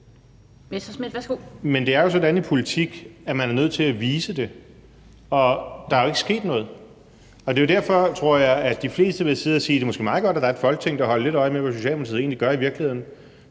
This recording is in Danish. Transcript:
Men det er jo sådan i politik, at man er nødt til at vise det, og der er jo ikke sket noget. Og det er derfor, tror jeg, at de fleste vil sidde og sige, at det måske er meget godt, at der er et Folketing, der holder lidt øje med, hvad Socialdemokratiet egentlig gør i virkeligheden.